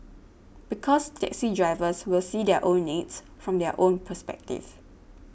because taxi drivers will see their own needs from their own perspective